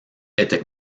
était